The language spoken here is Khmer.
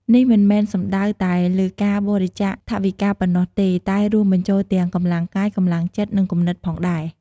នេះមិនមែនសំដៅតែលើការបរិច្ចាគថវិកាប៉ុណ្ណោះទេ តែរួមបញ្ចូលទាំង កម្លាំងកាយ កម្លាំងចិត្ត និងគំនិត ផងដែរ។